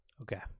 Okay